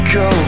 go